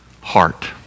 heart